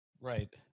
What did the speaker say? Right